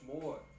more